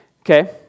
Okay